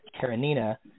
Karenina